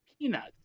peanuts